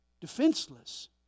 defenseless